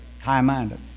high-minded